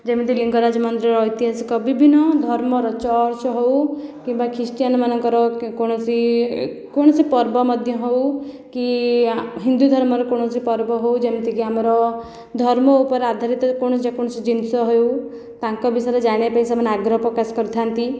ଯେମିତି ଲିଙ୍ଗରାଜ ମନ୍ଦିରର ଐତିହାସିକ ବିଭିନ୍ନ ଧର୍ମର ଚର୍ଚ୍ଚ ହେଉ କିମ୍ବା ଖ୍ରୀଷ୍ଟିଆନମାନଙ୍କର କୌଣସି କୌଣସି ପର୍ବ ମଧ୍ୟ ହେଉ କି ହିନ୍ଦୁ ଧର୍ମର କୌଣସି ପର୍ବ ହେଉ ଯେମିତିକି ଆମର ଧର୍ମ ଉପରେ ଆଧାରିତ କୌଣସି ଯେକୌଣସି ଜିନିଷ ହେଉ ତାଙ୍କ ବିଷୟରେ ଜାଣିବା ପାଇଁ ସେମାନେ ଆଗ୍ରହ ପ୍ରକାଶ କରିଥାନ୍ତି